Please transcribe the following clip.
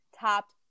topped